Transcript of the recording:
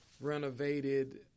renovated